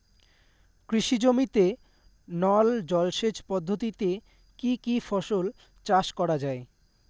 কৃষি জমিতে নল জলসেচ পদ্ধতিতে কী কী ফসল চাষ করা য়ায়?